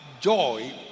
Joy